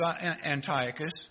Antiochus